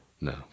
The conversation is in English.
No